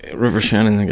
river shannon like